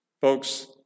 Folks